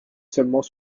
seulement